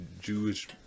Jewish